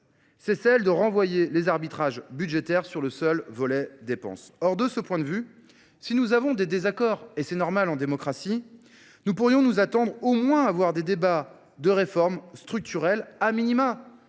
c'est celle de renvoyer les arbitrages budgétaires sur le seul volet dépenses. Or, de ce point de vue, si nous avons des désaccords, et c'est normal en démocratie, nous pourrions nous attendre au moins à voir des débats de réformes structurelles à minima,